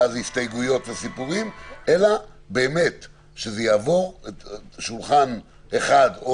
הסתייגויות וסיפורים אלא באמת שזה יעבור שולחן אחד.